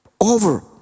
over